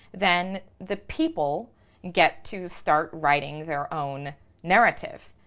then the people get to start writing their own narrative.